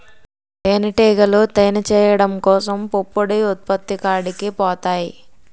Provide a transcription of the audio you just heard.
తేనిటీగలు తేనె చేయడం కోసం పుప్పొడి ఉత్పత్తి కాడికి పోతాయి